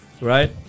right